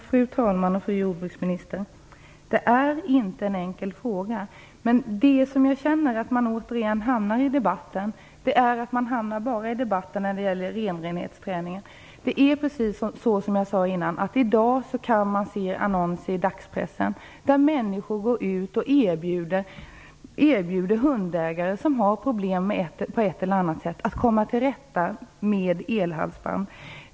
Fru talman! Detta är inte en enkel fråga. Men återigen hamnar man i en debatt bara om renrenhetsträningen. Det är precis så som jag sade tidigare. I dag kan man se annonser i dagspressen där människor erbjuder hundägare som har problem på ett eller annat sätt att komma till rätta med dem genom elhalsband.